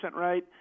right